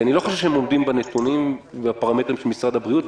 אני לא חושב שהם עומדים בפרמטרים של משרד הבריאות.